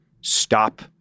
stop—